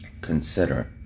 consider